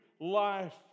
life